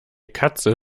katze